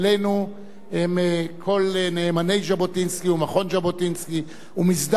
כל נאמני ז'בוטינסקי ומכון ז'בוטינסקי ומסדר ז'בוטינסקי,